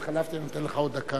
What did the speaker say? התחלפתי, אני נותן לך עוד דקה.